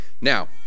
Now